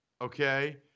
okay